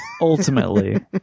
Ultimately